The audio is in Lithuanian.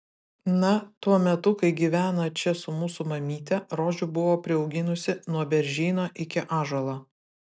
na tuo metu kai gyveno čia su mūsų mamyte rožių buvo priauginusi nuo beržyno iki ąžuolo